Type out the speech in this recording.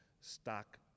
stock